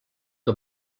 que